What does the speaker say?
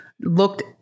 looked